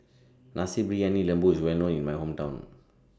Nasi Briyani Lembu IS Well known in My Hometown